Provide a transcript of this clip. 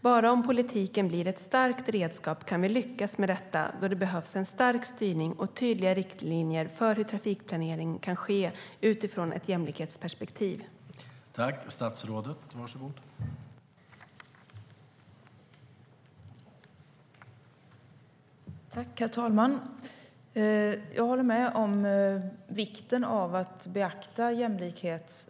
Bara om politiken blir ett starkt redskap kan vi lyckas med detta då det behövs stark styrning och tydliga riktlinjer för hur trafikplanering kan ske utifrån ett jämlikhetsperspektiv.